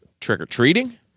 trick-or-treating